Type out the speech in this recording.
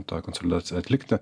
ta konsolidaciją atlikti